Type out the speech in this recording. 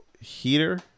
Heater